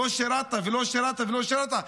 לא שירת ולא שירת ולא שירת,